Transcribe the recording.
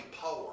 power